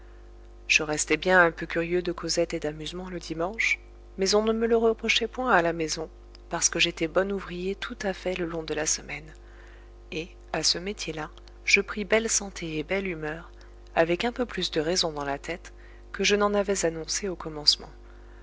je restai bien un peu curieux de causette et d'amusement le dimanche mais on ne me le reprochait point à la maison parce que j'étais bon ouvrier tout à fait le long de la semaine et à ce métier-là je pris belle santé et belle humeur avec un peu plus de raison dans la tête que je n'en avais annoncé au commencement